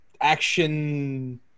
action